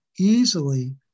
easily